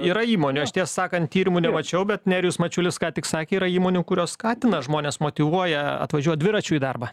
yra įmonių aš tiesą sakant tyrimų nemačiau bet nerijus mačiulis ką tik sakė yra įmonių kurios skatina žmones motyvuoja atvažiuot dviračiu į darbą